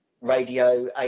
radio